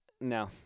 no